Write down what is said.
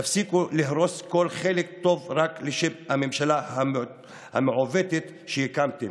תפסיקו להרוס כל חלקה טובה רק לשם הממשלה המעוותת שהקמתם.